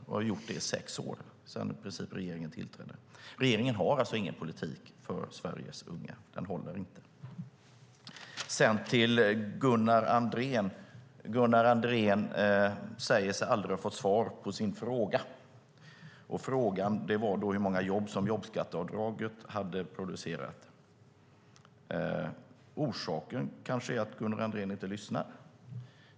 De har gjort det i sex år, i princip sedan regeringen tillträdde. Regeringen har alltså ingen politik för Sveriges unga. Den håller inte. Sedan vänder jag mig till Gunnar Andrén. Gunnar Andrén säger sig aldrig ha fått svar på sin fråga - frågan var hur många jobb som jobbskatteavdraget hade producerat. Orsaken kanske är att Gunnar Andrén inte lyssnar.